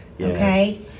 Okay